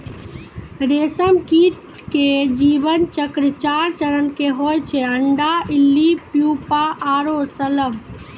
रेशम कीट के जीवन चक्र चार चरण के होय छै अंडा, इल्ली, प्यूपा आरो शलभ